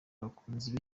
abakunzi